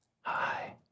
Hi